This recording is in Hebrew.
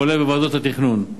כולל בוועדות התכנון,